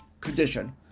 condition